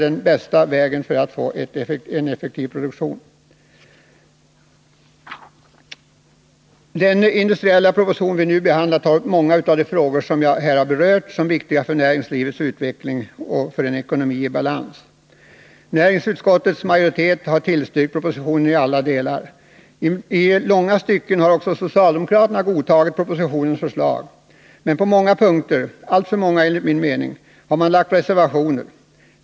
Den industripolitiska proposition som vi nu behandlar tar upp många av de frågor som jag här har berört som viktiga för näringslivets utveckling och en ekonomi i balans. Näringsutskottets majoritet har tillstyrkt propositionen i alla delar. I långa stycken har också socialdemokraterna godtagit propositionens förslag. Men på många punkter, alltför många enligt min mening, har de lagt fram reservationer.